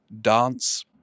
dance